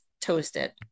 toasted